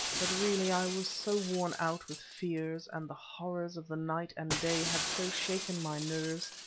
but really i was so worn out with fears, and the horrors of the night and day had so shaken my nerves,